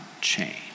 change